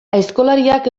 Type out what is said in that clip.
aizkolariak